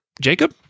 Jacob